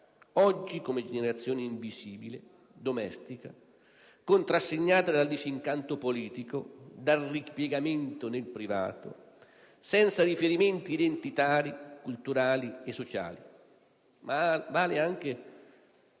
oggi, come generazione invisibile, domestica, contrassegnata dal disincanto politico, dal ripiegamento nel privato, senza riferimenti identitari, culturali e sociali,